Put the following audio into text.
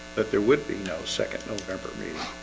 that there would be no second november breeze